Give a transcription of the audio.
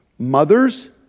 Mothers